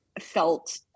felt